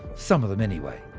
some of them anyway.